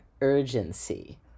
urgency